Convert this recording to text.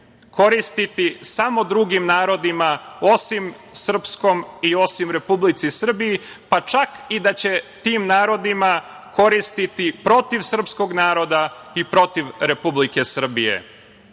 koristiti samo drugim narodima, osim srpskom i osim Republici Srbiji, pa čak i da će tim narodima koristiti protiv srpskog naroda i protiv Republike Srbije.